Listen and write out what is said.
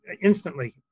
instantly